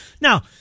Now